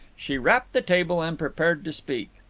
she rapped the table and prepared to speak.